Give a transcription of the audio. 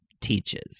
teaches